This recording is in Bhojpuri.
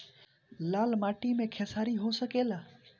लाल माटी मे खेसारी हो सकेला?